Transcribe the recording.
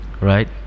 right